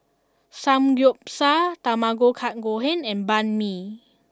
Samgeyopsal Tamago Kake Gohan and Banh Mi